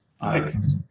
Thanks